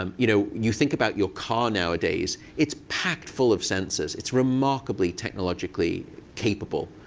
um you know you think about your car nowadays. it's packed full of sensors. it's remarkably technologically capable,